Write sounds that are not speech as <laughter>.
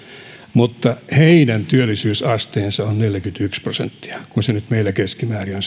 mutta heidän työllisyysasteensa on neljäkymmentäyksi prosenttia kun se nyt meillä keskimäärin on <unintelligible>